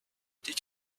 did